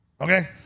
okay